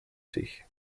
sich